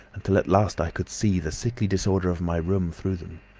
until at last i could see the sickly disorder of my room through them,